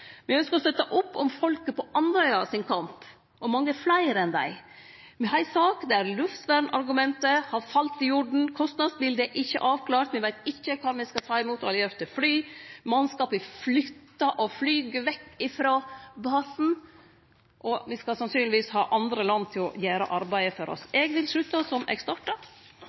Me ønskjer å støtte opp om kampen til folket på Andøya og mange fleire enn dei. Me har ei sak der luftvernargumentet har falle til jorda. Kostnadsbildet er ikkje avklart. Me veit ikkje kvar me skal ta imot allierte fly. Mannskapet flyttar og flyg vekk frå basen, og me skal sannsynlegvis ha andre land til å gjere arbeidet for oss. Eg vil slutte som eg starta: